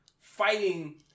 fighting